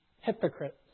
hypocrites